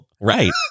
right